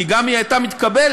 כי גם אם היא הייתה מתקבלת